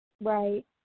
Right